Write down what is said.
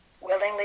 willingly